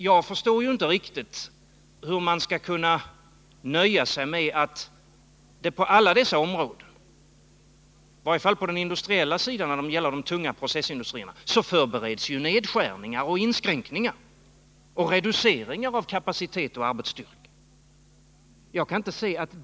Jag förstår inte riktigt hur man skall kunna nöja sig med att det på alla dessa områden — i varje fall på den industriella sidan när det gäller den tunga processindustrin — förbereds nedskärningar, inskränkningar och reduceringar av kapaciteten och arbetsstyrkan.